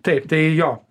taip tai jo